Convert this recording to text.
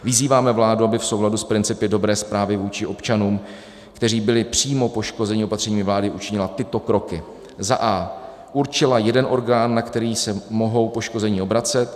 Vyzýváme vládu, aby v souladu s principy dobré správy vůči občanům, kteří byli přímo poškozeni opatřeními vlády, učinila tyto kroky: a) určila jeden orgán, na který se mohou poškození obracet;